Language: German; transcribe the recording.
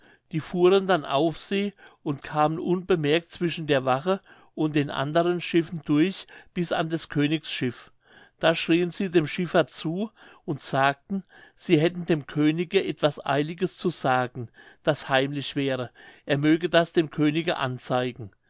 die fuhren dann auf sie und kamen unbemerkt zwischen der wache und den anderen schiffen durch bis an des königs schiff da schrieen sie dem schiffer zu und sagten sie hätten dem könige etwas eiliges zu sagen das heimlich wäre er möge das dem könige anzeigen